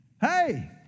Hey